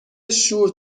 شور